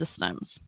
Systems